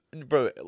bro